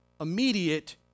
immediate